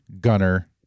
Gunner